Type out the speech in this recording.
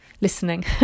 listening